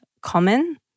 common